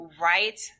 right